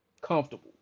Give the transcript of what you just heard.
comfortable